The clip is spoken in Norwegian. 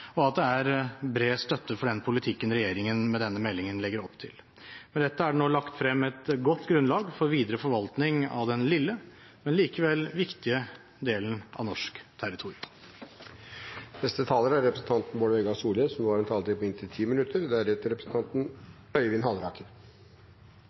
og at det er bred støtte for den politikken regjeringen med denne meldingen legger opp til. Med dette er det nå lagt frem et godt grunnlag for videre forvaltning av den lille, men likevel viktige delen av norsk